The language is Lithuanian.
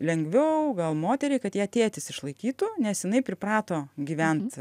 lengviau gal moteriai kad ją tėtis išlaikytų nes jinai priprato gyvent